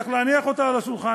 צריך להניח אותה על השולחן.